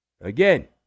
again